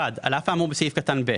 (ז)(1)על אף האמור בסעיף קטן (ב),